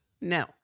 No